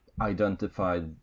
identified